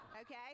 Okay